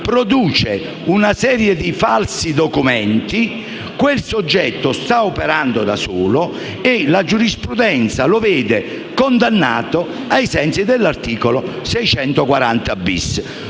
produce una serie di falsi documenti, sta operando da solo e la giurisprudenza lo vede condannato ai sensi dell'articolo 640*-bis*.